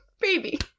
Baby